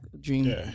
Dream